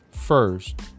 first